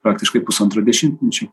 praktiškai pusantro dešimtmečio